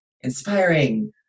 inspiring